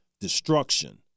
destruction